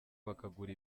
bakagura